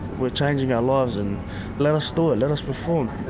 we're changing our lives and let us do it, let us perform.